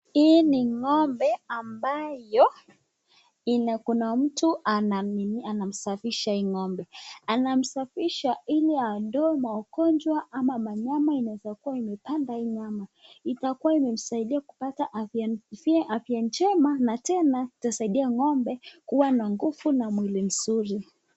Hii ni ngombe ambayo Kuna mtu anasafisha hii ngombe, anamsafisha Ili aondoe magonjwa ama wanyama imeshikaa hii ngombe, itakuwa imesaidia kupata afya njema na Tena itasaidia ngombe kuwa na nguvu na mwili nzuri.